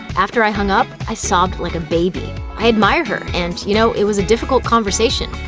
after i hung up, i sobbed like a baby. i admire her and, you know, it was a difficult conversation.